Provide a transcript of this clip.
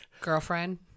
Girlfriend